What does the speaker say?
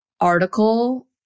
article